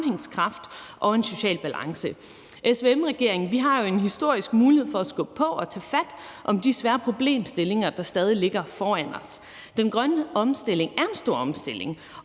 sammenhængskraft og en social balance. I SVM-regeringen har vi jo en historisk mulighed for at skubbe på og tage fat om de svære problemstillinger, der stadig ligger foran os. Den grønne omstilling er en stor omstilling,